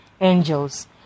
angels